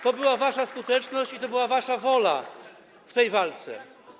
To była wasza skuteczność i to była wasza wola w tej walce.